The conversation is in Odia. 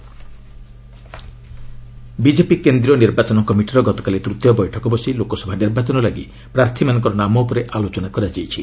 ବିଜେପି ସିଇସି ମିଟିଂ ବିଜେପି କେନ୍ଦ୍ରୀୟ ନିର୍ବାଚନ କମିଟିର ଗତକାଲି ତୃତୀୟ ବୈଠକ ବସି ଲୋକସଭା ନିର୍ବାଚନ ଲାଗି ପ୍ରାର୍ଥୀମାନଙ୍କ ନାମ ଉପରେ ଆଲୋଚନା କରାଯାଇଛି